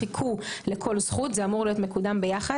חיכו לכל זכות וזה אמור להיות מקודם ביחד.